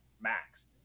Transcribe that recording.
max